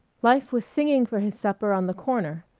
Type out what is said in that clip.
life was singing for his supper on the corner!